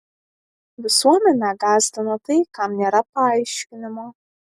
visuomenę gąsdina tai kam nėra paaiškinimo